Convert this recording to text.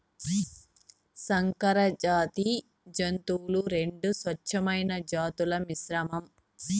సంకరజాతి జంతువులు రెండు స్వచ్ఛమైన జాతుల మిశ్రమం